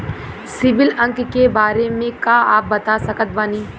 CIBIL अंक के बारे मे का आप बता सकत बानी?